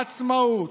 עצמאות,